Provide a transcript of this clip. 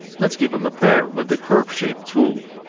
let's give him a pair with the curve shape tool.